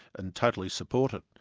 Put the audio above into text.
and totally support it.